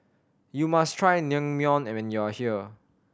you must try Naengmyeon and when you are here